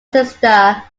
sister